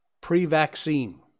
pre-vaccine